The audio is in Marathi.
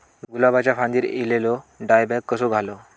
गुलाबाच्या फांदिर एलेलो डायबॅक कसो घालवं?